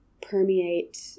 permeate